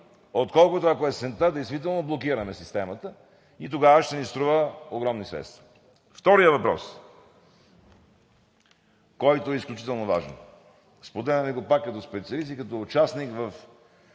отколкото, ако есента действително блокираме системата, и тогава ще ни струва огромни средства. Вторият въпрос, който е изключително важен, споделям Ви го пак като специалист и като участник в